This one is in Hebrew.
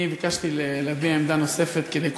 אני ביקשתי להביע עמדה נוספת כדי,